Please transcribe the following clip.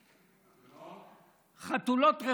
חתולות?